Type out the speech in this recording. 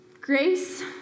grace